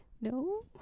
No